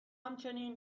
همچنین